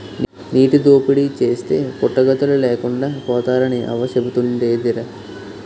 నీటి దోపిడీ చేస్తే పుట్టగతులు లేకుండా పోతారని అవ్వ సెబుతుండేదిరా